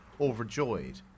overjoyed